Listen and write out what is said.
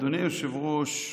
אדוני היושב-ראש,